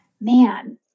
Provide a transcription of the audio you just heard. man